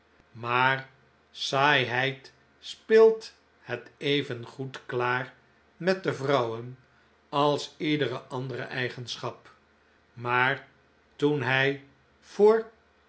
maar saaiheid speelt het even goed klaar met de vrouwen als iedere andere eigenschap maar toen hij